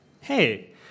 Hey